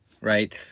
right